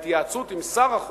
וההתייעצות עם שר החוץ,